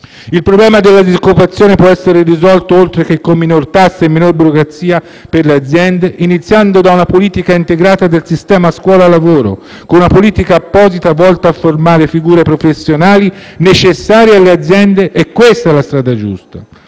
Il problema della disoccupazione può essere risolto, oltre che con minor tasse e minor burocrazia per le aziende, iniziando da una politica integrata del sistema scuola-lavoro, con una politica apposita volta a formare figure professionali necessarie alle aziende: questa è la strada giusta.